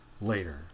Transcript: later